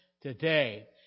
today